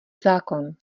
zákon